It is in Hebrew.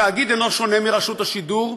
התאגיד אינו שונה מרשות השידור,